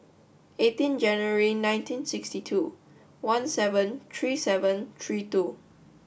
eighteen January nineteen sixty two one seven three seven three two